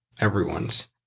Everyone's